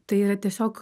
tai yra tiesiog